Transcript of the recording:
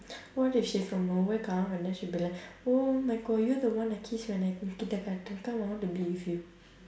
what if she from nowhere come out and then she'll be like oh neko you're the one I kiss when I in kindergarten come I want to be with you